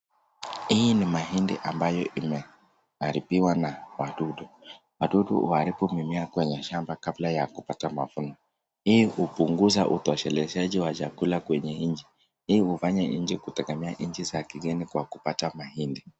Hii ni mahindi ambayo imeharibiwa na wadudu. Wadudu huharibu chakula kwenye shamba kabla ya kupata mavuno. Hii hupunguza utoshelezaji wa mimea kwenye nchi. Hii hufanya nchi kutegemea nchi za kigeni kwenye kupata mahindi.